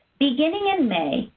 beginning in may,